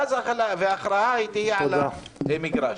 וההכרעה תהיה במגרש.